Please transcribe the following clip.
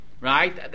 Right